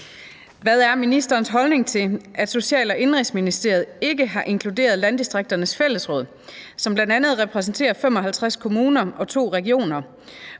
Hvad er ministerens holdning til, at Social- og Indenrigsministeriet ikke har inkluderet Landdistrikternes Fællesråd, som bl.a. repræsenterer 55 kommuner og 2 regioner,